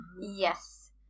yes